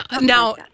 now